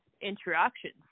interactions